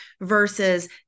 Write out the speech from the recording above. versus